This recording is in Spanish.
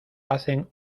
hacen